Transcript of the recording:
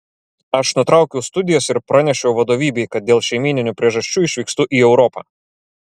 aš nutraukiau studijas ir pranešiau vadovybei kad dėl šeimyninių priežasčių išvykstu į europą